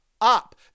up